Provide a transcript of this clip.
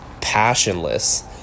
passionless